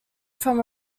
from